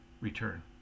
return